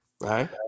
Right